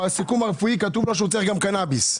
בסיכום הרפואי כתוב לו שהוא צריך גם קנאביס.